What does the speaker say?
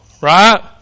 right